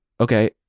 okay